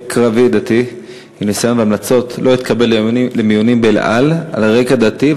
קרבי דתי עם ניסיון והמלצות לא התקבל למיונים ב"אל על" על רקע דתי,